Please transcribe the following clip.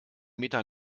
meter